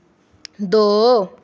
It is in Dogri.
दो